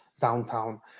downtown